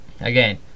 Again